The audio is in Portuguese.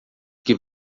que